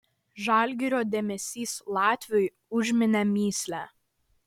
žalgirio dėmesys latviui užminė mįslę